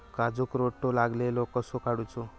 काजूक रोटो लागलेलो कसो काडूचो?